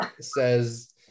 says